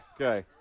Okay